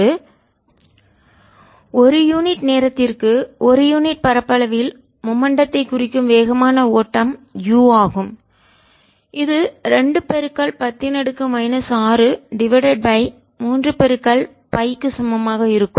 Areaπr210 6π m2Power20 mW2×10 2 W S2×10 210 62×104Js m2 uSc2×104π×3×10823π10 6Jm2 ஒரு unit நேரத்திற்கு ஒரு unit பரப்பளவில் மூமென்டடத்தை குறிக்கும் வேகமான ஓட்டம் u ஆகும் இது 2 10 6 டிவைடட் பை 3pi பை க்கு சமமாக இருக்கும்